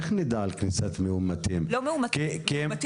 אנחנו מסתכלים לא רק על המאומתים אלא גם על כלל הנכנסים